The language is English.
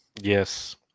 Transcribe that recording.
Yes